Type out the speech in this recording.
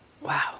Wow